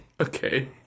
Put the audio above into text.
Okay